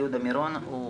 יהודה מירון,